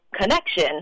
connection